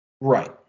Right